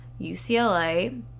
UCLA